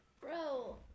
Bro